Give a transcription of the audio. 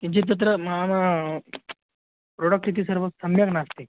किञ्चित् तत्र मम प्रोडक्ट् इति सर्वं सम्यक् नास्ति